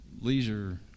leisure